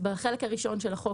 בחלק הראשון של החוק,